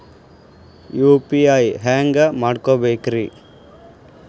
UPI ಹ್ಯಾಂಗ ಮಾಡ್ಕೊಬೇಕ್ರಿ?